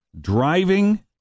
Driving